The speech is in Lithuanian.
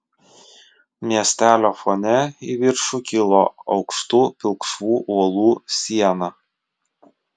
miestelio fone į viršų kilo aukštų pilkšvų uolų siena